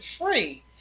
free